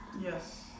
Yes